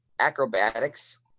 acrobatics